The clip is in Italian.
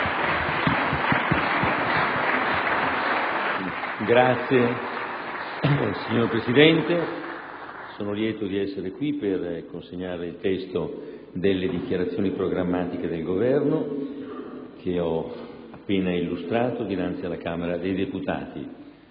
Signor Presidente, sono lieto di essere qui per consegnarle il testo delle dichiarazioni programmatiche del Governo che ho appena illustrato dinanzi alla Camera dei deputati.